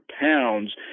pounds